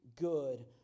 good